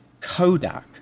Kodak